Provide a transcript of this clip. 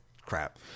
crap